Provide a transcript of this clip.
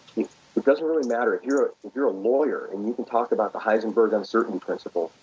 doesn't really matter if you're you're a lawyer and you can talk about the heisenberg uncertainty principle.